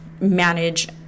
manage